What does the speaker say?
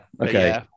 Okay